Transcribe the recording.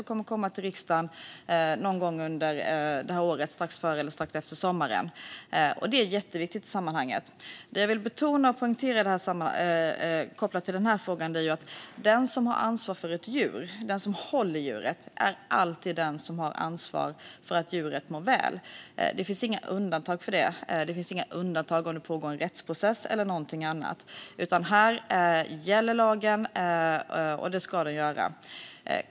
Den kommer till riksdagen någon gång under det här året, strax före eller strax efter sommaren. Det är jätteviktigt i sammanhanget. Det jag vill betona och poängtera kopplat till den här frågan är att den som har ansvar för ett djur, alltså djurhållaren, alltid är den som har ansvar för att djuret mår väl. Det finns inga undantag från detta. Det finns inga undantag under pågående rättsprocess eller något annat. Här gäller lagen, och det ska den göra.